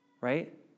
Right